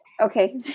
Okay